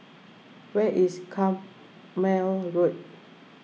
where is Carpmael Road